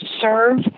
Serve